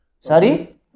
sorry